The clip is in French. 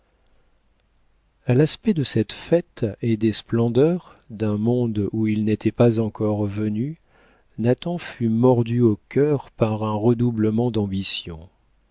a l'aspect de cette fête et des splendeurs d'un monde où il n'était pas encore venu nathan fut mordu au cœur par un redoublement d'ambition